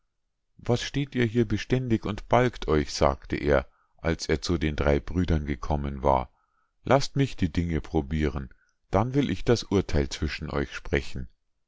was steht ihr hier beständig und balgt euch sagte er als er zu den drei brüdern gekommen war lasst mich die dinge probiren dann will ich das urtheil zwischen euch sprechen